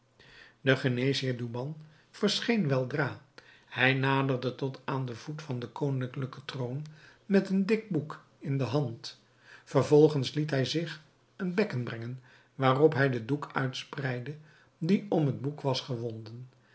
de geneesheer douban verscheen weldra hij naderde tot aan den voet van den koninklijken troon met een dik boek in de hand vervolgens liet hij zich een bekken brengen waarop hij den doek uitspreide die om het boek was gewonden